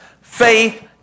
Faith